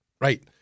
Right